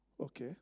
Okay